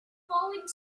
falling